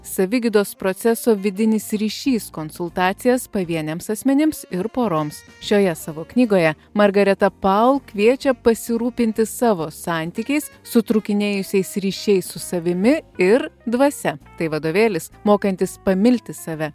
savigydos proceso vidinis ryšys konsultacijas pavieniams asmenims ir poroms šioje savo knygoje margareta paul kviečia pasirūpinti savo santykiais sutrūkinėjusiais ryšiais su savimi ir dvasia tai vadovėlis mokantis pamilti save